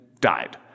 died